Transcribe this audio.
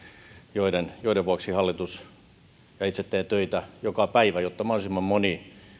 joiden joiden vuoksi hallitus tekee ja itse teen töitä joka päivä jotta mahdollisimman moni